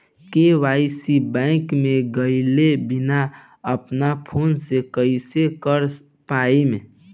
KYC bank मे गएले बिना अपना फोन से कइसे कर पाएम?